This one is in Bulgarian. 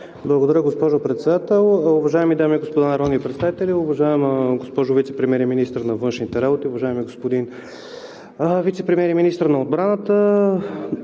Благодаря, госпожо Председател. Уважаеми дами и господа народни представители, уважаема госпожо Вицепремиер и министър на външните работи, уважаеми господин Вицепремиер и министър на отбраната!